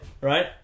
right